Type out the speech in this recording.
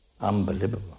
Unbelievable